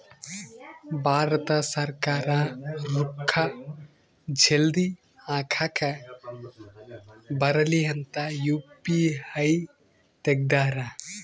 ಭಾರತ ಸರ್ಕಾರ ರೂಕ್ಕ ಜಲ್ದೀ ಹಾಕಕ್ ಬರಲಿ ಅಂತ ಯು.ಪಿ.ಐ ತೆಗ್ದಾರ